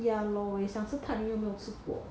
yeah 我想吃碳鱼都没有吃过